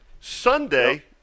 Sunday